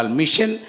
mission